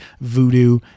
voodoo